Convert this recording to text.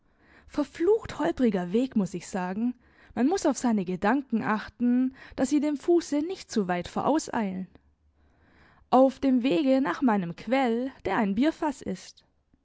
verflucht holperiger weg muß ich sagen man muß auf seine gedanken achten daß sie dem fuße nicht zu weit vorauseilen auf dem wege nach meinem quell der ein bierfaß ist